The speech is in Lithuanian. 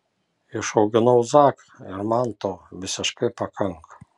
išauginau zaką ir man to visiškai pakanka